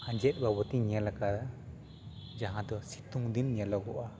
ᱟᱡᱮᱫ ᱵᱟᱵᱚᱛ ᱤᱧ ᱧᱮᱞ ᱟᱠᱟᱫᱟ ᱡᱟᱦᱟᱸ ᱫᱚ ᱥᱤᱛᱩᱝ ᱫᱤᱱ ᱧᱮᱞᱚᱜᱚᱜᱼᱟ